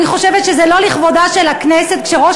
אני חושבת שזה לא לכבודה של הכנסת כשראש